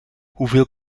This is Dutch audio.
hoeveel